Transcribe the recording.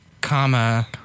Comma